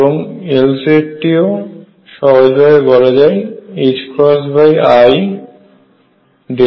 এবং Lz টি ও সহজ ভাবে বলা যাবে i∂ϕ হবে